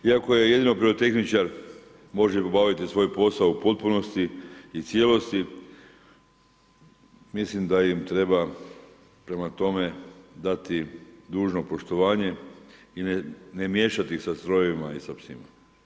Iako je jedino pirotehničar može obavljati svoj posao u potpunosti i cijelosti, mislim da im treba prema tome dati dužno poštovanje i ne miješati ih sa strojevima i sa psima.